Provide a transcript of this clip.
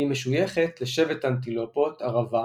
והיא משויכת לשבט אנטילופות ערבה